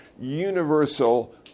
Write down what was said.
universal